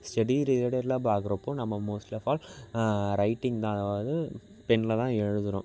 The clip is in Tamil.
ஸ்டடி ரிலேட்டடில் பார்க்குறப்போ நம்ம மோஸ்ட் ஆப் ஆல் ரைட்டிங் தான் அதாவது பெனில் தான் எழுதுகிறோம்